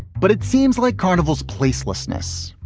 but it seems like carnival's place lessness,